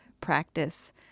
practice